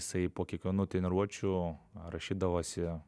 jisai po kiekvienų treniruočių rašydavosi